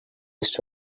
waste